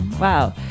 wow